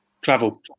Travel